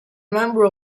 member